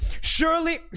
Surely